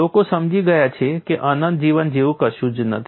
લોકો સમજી ગયા છે કે અનંત જીવન જેવું કશું જ નથી